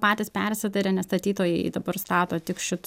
patys persidarę nes statytojai dabar stato tik šit